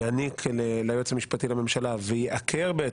בפרט יעניק ליועץ המשפטי לממשלה ויעקר את